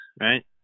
right